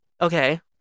okay